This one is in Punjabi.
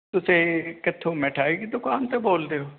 ਤੁਸੀਂ ਕਿੱਥੋਂ ਮਿਠਾਈ ਦੀ ਦੁਕਾਨ ਤੇ ਬੋਲਦੇ ਹੋ